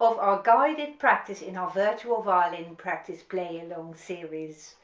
of our guided practice in our virtual violin practice play and along series,